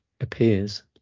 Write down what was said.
appears